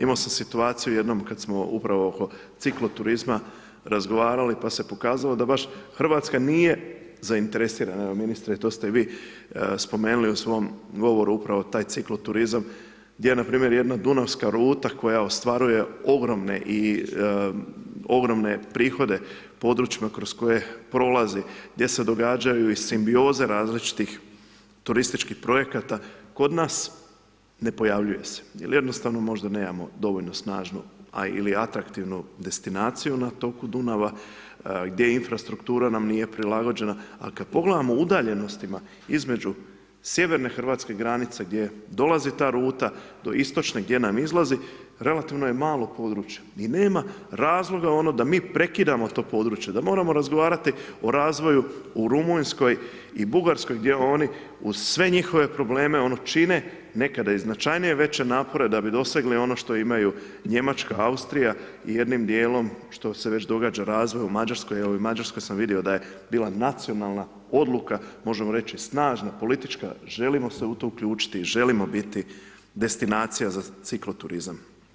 Imao sam situaciju jednom kad smo upravo oko cikloturizma razgovarali, pa se pokazalo da baš RH nije zainteresirana, evo ministre, to ste vi spomenuli u svom govoru upravo taj cikloturizam gdje npr. jedna dunavska ruta koja ostvaruje ogromne prihode u područjima kroz koje prolazi, gdje se događaju i simbioze različitih turističkih projekata, kod nas ne pojavljuje se jel jednostavno nemamo dovoljno snažnu ili atraktivnu destinaciju na toku Dunava gdje infrastruktura nam nije prilagođena, al kad pogledamo udaljenostima između sjeverne hrvatske granice gdje dolazi ta ruta do istočne gdje nam izlazi, relativno je malo područje i nema razloga ono da mi prekidamo to područje, da moramo razgovarati o razvoju u Rumunjskoj i Bugarskoj gdje oni uz sve njihove probleme ono čine, nekada i značajnije veće napore, da bi dosegli ono što imaju Njemačka, Austrija i jednim dijelom, što se već događa razvoj u Mađarskoj jel u Mađarskoj sam vidio da je bila nacionalna odluka, možemo reći snažna politička, želimo se u to uključiti i želimo biti destinacija za cikloturizam.